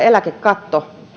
eläkekatto